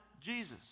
Jesus